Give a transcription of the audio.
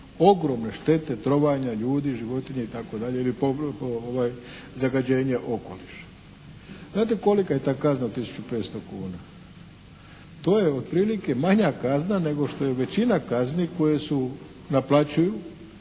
ogromne štete trovanja ljudi, životinja i tako dalje ili zagađenje okoliša. Znate kolika je ta kazna od 1500 kuna? To je otprilike manja kazna nego što je većina kazni koje su, naplaćuju